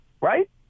Right